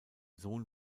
sohn